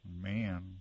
man